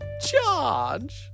charge